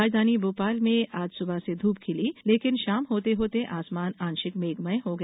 राजधानी भोपाल में आज सुबह से धूप खिली लेकिन शाम होते होते आसमान आंशिक मेघमय हो गया